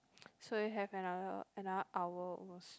so we have another another hour almost